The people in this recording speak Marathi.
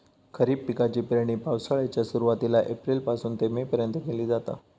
खरीप पिकाची पेरणी पावसाळ्याच्या सुरुवातीला एप्रिल पासून ते मे पर्यंत केली जाता